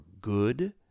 good